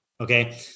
Okay